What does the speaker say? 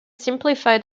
simplify